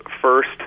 first